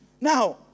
Now